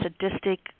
sadistic